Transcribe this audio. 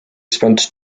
spent